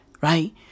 right